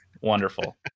Wonderful